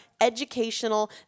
educational